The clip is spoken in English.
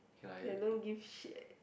he like don't give shit eh